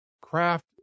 craft